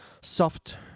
soft